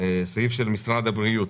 סעיף של משרד הבריאות.